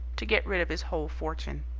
to get rid of his whole fortune.